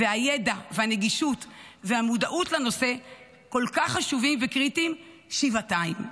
והידע והנגישות והמודעות לנושא כל כך חשובים וקריטיים שבעתיים.